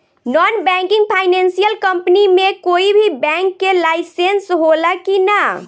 Non banking financial company मे कोई भी बैंक के लाइसेन्स हो ला कि ना?